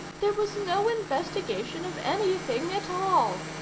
there was no investigation of any thing at all.